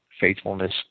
Faithfulness